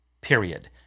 period